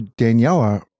Daniela